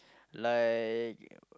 like